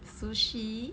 sushi